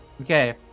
Okay